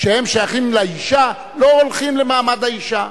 ששייכים לאשה, לא הולכים למעמד האשה.